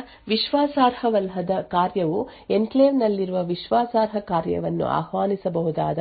ಆದ್ದರಿಂದ ವಿಶ್ವಾಸಾರ್ಹವಲ್ಲದ ಕಾರ್ಯವು ಎನ್ಕ್ಲೇವ್ ನಲ್ಲಿರುವ ವಿಶ್ವಾಸಾರ್ಹ ಕಾರ್ಯವನ್ನು ಆಹ್ವಾನಿಸಬಹುದಾದ